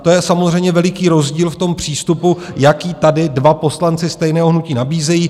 To je samozřejmě veliký rozdíl v přístupu, jaký tady dva poslanci stejného hnutí nabízejí.